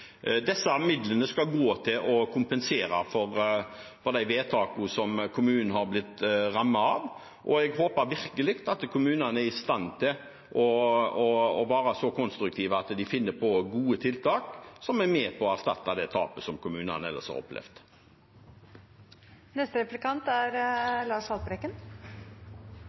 Disse midlene skal gå til å kompensere for de vedtakene som kommunen har blitt rammet av, og jeg håper virkelig at kommunene er i stand til å være så konstruktive at de finner på gode tiltak som er med på å erstatte det tapet som kommunene ellers har opplevd. I sitt innlegg spurte representanten Halleland: Hva er